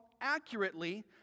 accurately